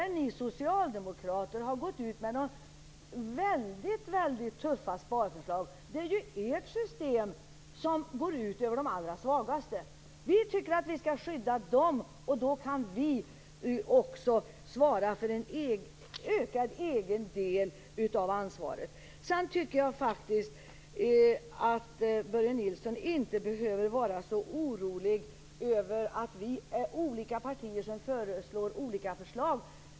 Ni socialdemokrater har ju gått ut med väldigt tuffa sparförslag. Det är ju ert system som går ut över de allra svagaste. Vi tycker att dessa skall skyddas och kan därför också svara för en ökad egen del av ansvaret. Sedan behöver inte Börje Nilsson vara så orolig över att olika partier föreslår olika förslag.